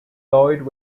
lloyd